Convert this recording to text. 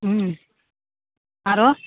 हूँ आरो